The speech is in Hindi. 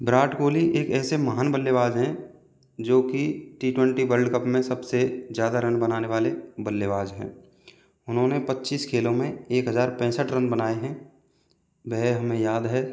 विराट कोहली एक ऐसे महान बल्लेबाज हैं जो की टी ट्वेंटी वर्ल्ड कप में सबसे ज़्यादा रन बनाने वाले बल्लेबाज हैं उन्होंने पच्चीस खेलों में एक हज़ार पैसठ रन बनाए हैं वह हमें याद है